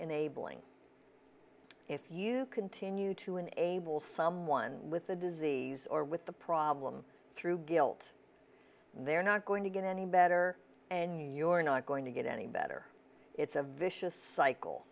enabling if you continue to enable someone with a disease or with the problem through guilt they're not going to get any better and you're not going to get any better it's a vicious cycle